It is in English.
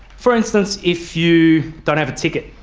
for instance, if you don't have a ticket,